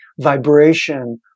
vibration